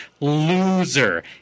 loser